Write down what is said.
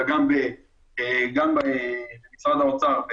אלא גם במשרד האוצר,